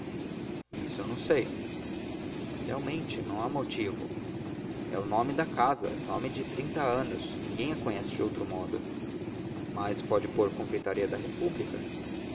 isso não sei realmente não há motivo é o nome da casa nome de trinta anos ninguém a conhece de outro modo mas pode pôr confeitaria da república